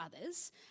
others